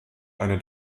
eine